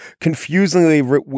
confusingly